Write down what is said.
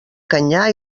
canyar